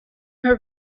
her